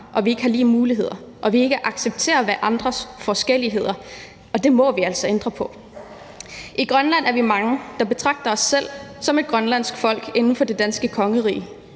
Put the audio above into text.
at vi ikke har lige muligheder, og at vi ikke accepterer hverandres forskelligheder – og det må vi altså ændre på. I Grønland er vi mange, der betragter os selv som et grønlandsk folk inden for det danske kongerige.